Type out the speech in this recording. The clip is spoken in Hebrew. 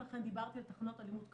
לכן דיברתי על תחנות אלימות קיימות.